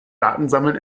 datensammeln